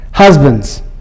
Husbands